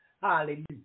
Hallelujah